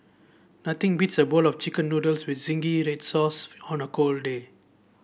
nothing beats a bowl of chicken noodles with zingy red sauce on a cold day